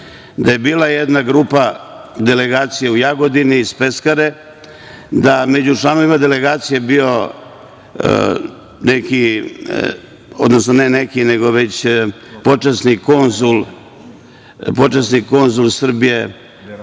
gde je bila jedna grupa delegacije u Jagodini iz Peskare, da među članovima delegacija je bio neki, odnosno ne neki, nego već počasni konzul Srbije